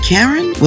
Karen